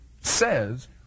says